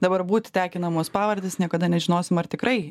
dabar būti tekinamos pavardės niekada nežinosim ar tikrai